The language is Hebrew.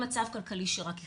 עם מצב כלכלי שרק החמיר,